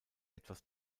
etwas